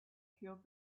killed